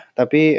tapi